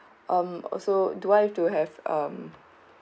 um also do I have to have um